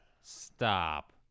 Stop